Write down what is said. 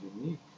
unique